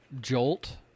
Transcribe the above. Jolt